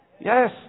Yes